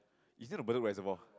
is near the Bedok Reservoir